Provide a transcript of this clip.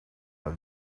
were